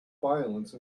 violence